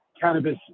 cannabis